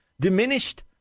diminished